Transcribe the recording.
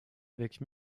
avec